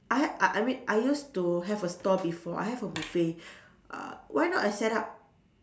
I ha~ I I mean I used to have a store before I have a buffet uh why not I set up